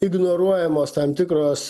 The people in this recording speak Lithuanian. ignoruojamos tam tikros